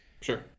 Sure